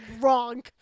wrong